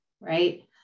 right